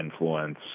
influence